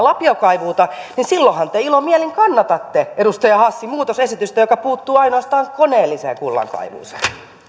lapiokaivuuta niin silloinhan te ilomielin kannatatte edustaja hassin muutosesitystä joka puuttuu ainoastaan koneelliseen kullankaivuuseen